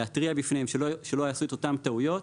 להתריע בפניהם שלא יעשו את אותן טעויות,